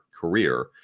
career